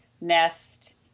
nest